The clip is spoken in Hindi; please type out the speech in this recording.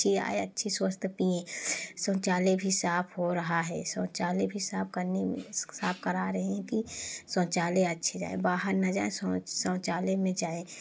अच्छी आए अच्छी स्वस्थ पिएँ शौचालय भी साफ हो रहा है शौचालय भी साफ करने में स साफ़ करा रहे हैं कि शौचालय अच्छे रहे बाहर न जाएँ शौच शौचालय में जाएँ